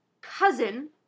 cousin